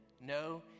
No